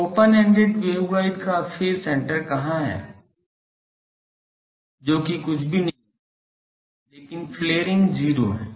तो open ended waveguide का phase centre कहां है जो कि कुछ भी नहीं है लेकिन फ्लेयरिंग 0 है